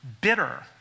bitter